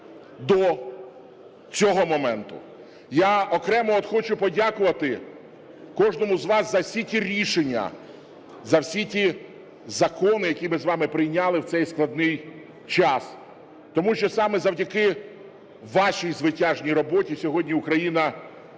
до цього моменту. Я окремо хочу подякувати кожному з вас за всі ті рішення, за всі ті закони, які ми з вами прийняли в цей складний час. Тому що саме завдяки вашій звитяжній роботі сьогодні Україна має